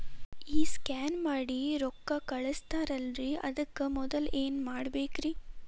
ಈ ಸ್ಕ್ಯಾನ್ ಮಾಡಿ ರೊಕ್ಕ ಕಳಸ್ತಾರಲ್ರಿ ಅದಕ್ಕೆ ಮೊದಲ ಏನ್ ಮಾಡ್ಬೇಕ್ರಿ?